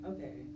Okay